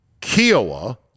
Kiowa